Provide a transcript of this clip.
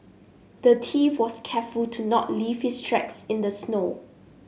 the thief was careful to not leave his tracks in the snow